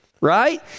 Right